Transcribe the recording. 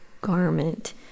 garment